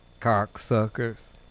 Cocksuckers